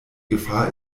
gefahr